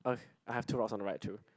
i have I have two rocks on the right too